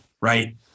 Right